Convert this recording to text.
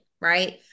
right